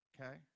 okay